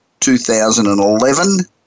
2011